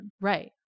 Right